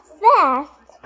fast